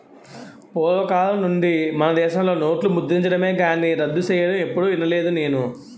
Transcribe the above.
పూర్వకాలం నుండి మనదేశంలో నోట్లు ముద్రించడమే కానీ రద్దు సెయ్యడం ఎప్పుడూ ఇనలేదు నేను